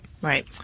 Right